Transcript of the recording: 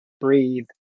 breathe